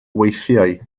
weithiau